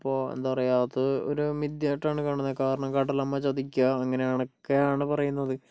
ഇപ്പോൾ എന്താ പറയുക അത് ഒരു മിഥ്യയായിട്ടാണ് കാണുന്നത് കാരണം കടലമ്മ ചതിക്കുക അങ്ങനെയാണ് ഒക്കെയാണ് പറയുന്നത്